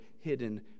hidden